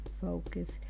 focus